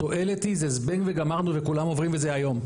התועלת היא זה זבנג וגמרנו וכולם עוברים וזה היום.